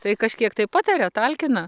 tai kažkiek tai pataria talkina